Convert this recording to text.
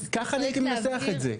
ככה אני הייתי מנסח את זה.